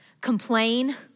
complain